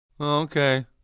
Okay